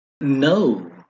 No